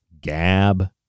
Gab